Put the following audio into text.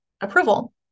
approval